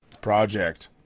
project